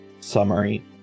summary